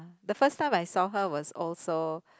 the first time I saw her was also